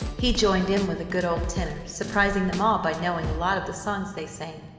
he joined in with a good old tenor, surprising them all by knowing a lot of the songs they sang.